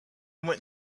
went